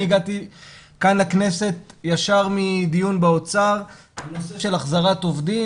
אני הגעתי כאן לכנסת ישר מדיון באוצר על נושא של החזרת עובדים